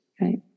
right